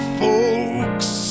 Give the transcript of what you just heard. folks